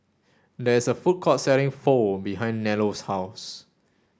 there is a food court selling Pho behind Nello's house